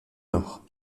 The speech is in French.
nord